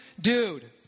dude